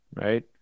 right